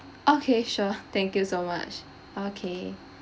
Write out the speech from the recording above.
okay sure thank you so much okay